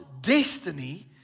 destiny